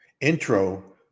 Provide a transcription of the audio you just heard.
intro